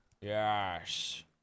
Yes